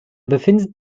befindet